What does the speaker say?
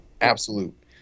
absolute